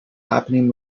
happening